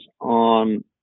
on